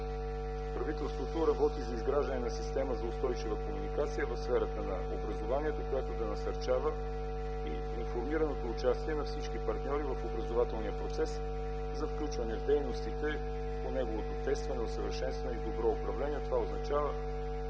Правителството работи за изграждане на система за устойчива комуникация в сферата на образованието, която да насърчава информираното участие на всички партньори в образователния процес за включване в дейностите по неговото тестване, усъвършенстване и добро управление. Това означава